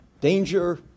danger